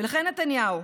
ולכן נתניהו,